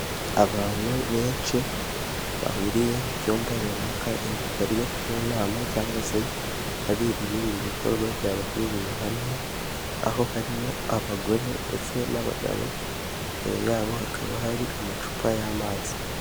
Abantu benshi bahuriye mu cyumba runaka bari mu nama cyangwa se hari ibindi bikorwa byabahurije hamwe, aho harimo abagore ndetse n'abagabo, imbere yabo hakaba hari amacupa y'amazi.